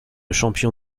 champion